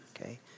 okay